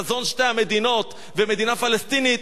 חזון שתי המדינות ומדינה פלסטינית,